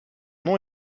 nom